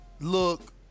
look